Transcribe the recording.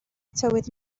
tywydd